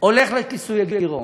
הולך לכיסוי הגירעון.